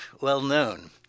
well-known